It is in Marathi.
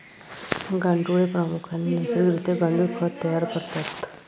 गांडुळे प्रामुख्याने नैसर्गिक रित्या गांडुळ खत तयार करतात